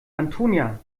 antonia